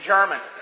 German